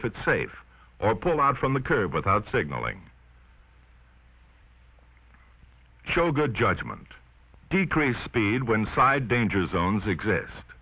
if it's safe or pull out from the curb without signaling show good judgment decrease speed when inside danger zones exist